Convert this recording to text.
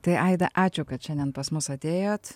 tai aidai ačiū kad šiandien pas mus atėjot